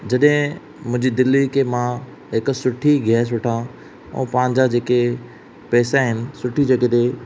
जॾहिं मुंहिंजी दिल्ली के मां हिकु सुठी गैस वठां ऐं पंहिंजा जेके पैसा आहिनि सुठी जॻहि ते